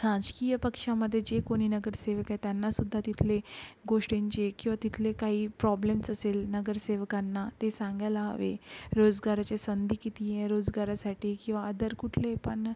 राजकीय पक्षामध्ये जे कोणी नगरसेवक आहे त्यांनासुद्धा तिथले गोष्टींचे किंवा तिथले काही प्रॉब्लेम्स असेल नगरसेवकांना ते सांगायला हवे रोजगाराच्या संधी किती आहे रोजगारासाठी किंवा अदर कुठले पण